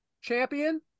champion